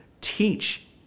teach